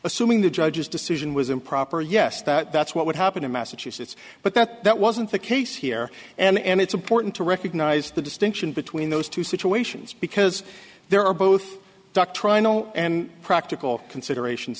assuming the judge's decision was improper yes that that's what would happen in massachusetts but that that wasn't the case here and it's important to recognize the distinction between those two situations because there are both doctrinal and practical considerations